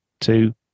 two